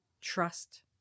trust